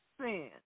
sin